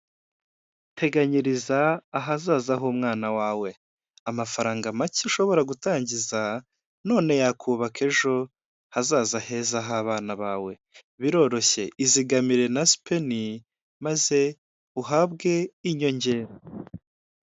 Teganyiriza ahazaza h'umwana wawe. Amafaranga make ushobora gutangiza, none yakubaka ejo hazaza heza h'abana bawe. Biroroshye! Izigamire na sipeni, maze uhabwe inyongera.